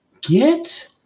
Get